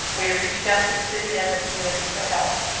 we are reaching out to the city and the community for help.